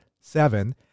seven